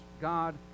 god